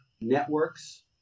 networks